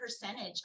percentage